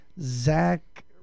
zach